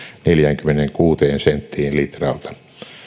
neljäänkymmeneenkuuteen senttiin litralta